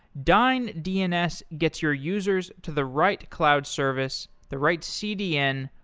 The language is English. dyn dns gets your users to the right cloud service, the right cdn,